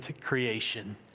creation